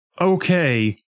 okay